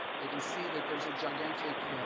they can see that there's a gigantic